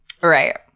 Right